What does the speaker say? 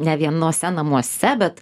ne vienuose namuose bet